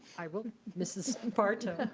i, well, mrs. barto.